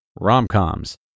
Rom-coms